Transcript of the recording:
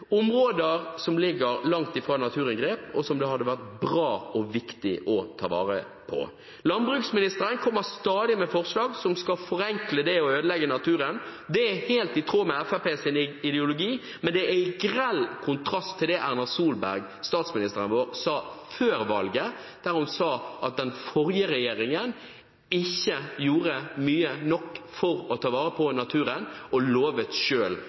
områder som ligger langt fra naturinngrep, og som det hadde vært bra og viktig å ta vare på. Landbruksministeren kommer stadig med forslag som skal forenkle det å ødelegge naturen. Det er helt i tråd med Fremskrittspartiets ideologi, men det står i grell kontrast til det Erna Solberg, statsministeren vår, sa før valget: Hun sa at den forrige regjeringen ikke gjorde nok for å ta vare på naturen, og lovet